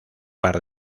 par